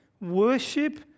worship